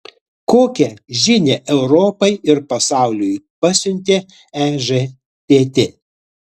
kokią žinią europai ir pasauliui pasiuntė ežtt